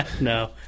No